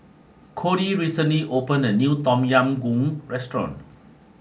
codey recently opened a new Tom Yam Goong restaurant